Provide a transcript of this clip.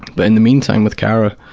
but in the meantime with cara,